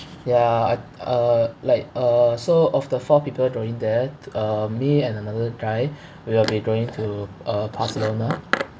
ya I'd uh like uh so of the four people going there uh me and another guy we are we going to barcelona